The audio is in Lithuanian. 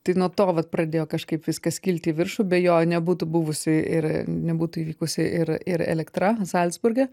tai nuo to vat pradėjo kažkaip viskas kilt į viršų be jo nebūtų buvusi ir nebūtų įvykusi ir ir elektra zalcburge